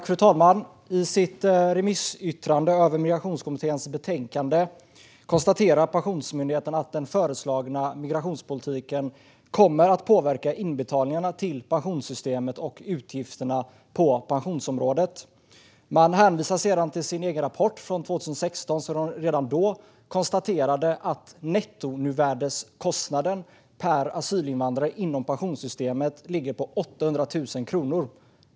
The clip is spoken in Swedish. Fru talman! I sitt remissyttrande över Migrationskommitténs betänkande konstaterar Pensionsmyndigheten att den föreslagna migrationspolitiken kommer att påverka inbetalningarna till pensionssystemet och utgifterna på pensionsområdet. Man hänvisar till sin egen rapport från 2016, där man redan då konstaterade att nettonuvärdeskostnaden per asylinvandrare inom pensionssystemet ligger på 800 000 kronor.